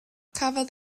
cafodd